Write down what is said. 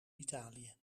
italië